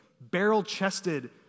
barrel-chested